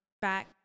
back